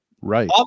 right